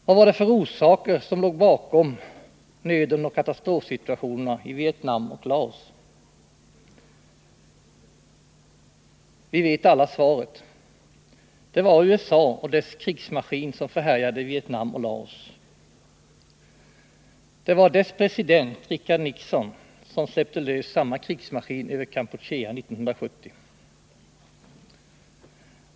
Vilka orsaker ligger bakom nöden och katastrofsituationen i Vietnam och Laos? Vi vet alla svaret. Det var USA och dess krigsmaskin som förhärjade Vietnam och Laos. Det var dess president, Richard Nixon, som släppte lös samma krigsmaskin över Kampuchea 1970.